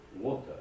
water